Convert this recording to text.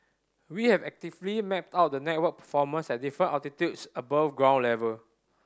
we have actively mapped out the network performance at different altitudes above ground level